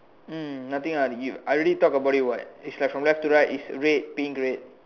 mm nothing ah I already talk about it what it's like from left to right is red pink red